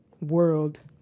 world